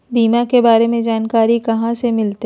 बीमा के बारे में जानकारी कहा से मिलते?